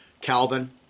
Calvin